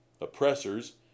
Oppressors